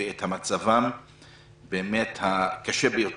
ואת מצבם הקשה ביותר.